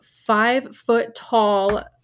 five-foot-tall